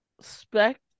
Spec